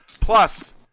plus